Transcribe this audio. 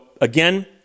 again